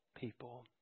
people